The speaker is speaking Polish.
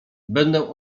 będę